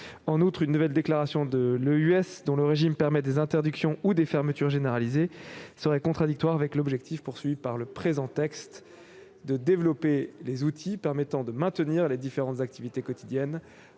En outre, une nouvelle déclaration de l'état d'urgence sanitaire (EUS), dont le régime permet des interdictions ou des fermetures généralisées, serait contradictoire avec l'objectif du présent texte de développer des outils permettant de maintenir les différentes activités quotidiennes